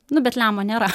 nu bet lemo nėra